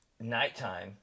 nighttime